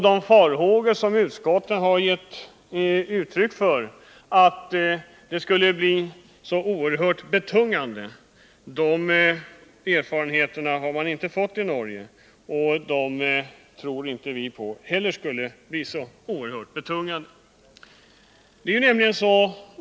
De farhågor som utskottet givit uttryck för och som går ut på att denna ordning skulle bli så oerhört betungande har inte besannats i Norge, och vi tror inte heller att den skulle bli så oerhört betungande här i Sverige.